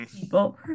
people